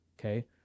Okay